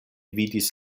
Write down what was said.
vidis